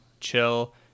chill